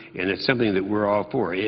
and it's something that we're all for. yeah